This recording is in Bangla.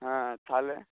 হ্যাঁ তাহলে